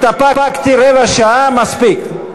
התאפקתי רבע שעה, מספיק.